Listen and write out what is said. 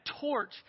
torch